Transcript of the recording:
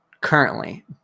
Currently